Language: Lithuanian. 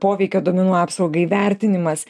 poveikio duomenų apsaugai vertinimas